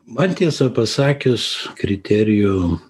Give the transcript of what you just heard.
man tiesą pasakius kriterijų